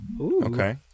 Okay